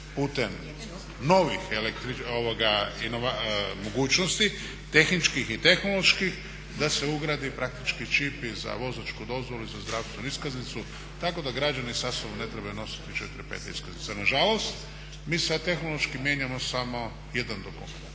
putem novih mogućnosti tehničkih i tehnoloških da se ugradi čip i za vozačku dozvolu i zdravstvenu iskaznicu tako da građani sa sobom ne trebaju nositi 4, 5 iskaznica. Nažalost, mi sada tehnološki mijenjamo samo jedan dokument.